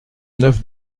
neuf